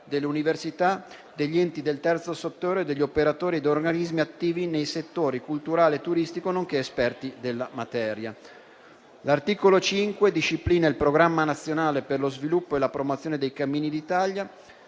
delle università, degli enti del terzo settore, degli operatori e degli organismi attivi nei settori culturale e turistico, nonché esperti della materia. L'articolo 5 disciplina il Programma nazionale per lo sviluppo e la promozione dei cammini d'Italia,